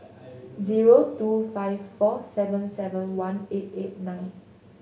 zero two five four seven seven one eight eight nine